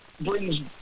brings